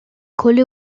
collée